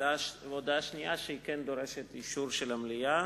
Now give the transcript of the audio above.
וההודעה השנייה כן דורשת אישור של המליאה.